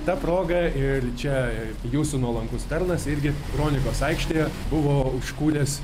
ta proga ir čia jūsų nuolankus tarnas irgi kronikos aikštėje buvo užkūręs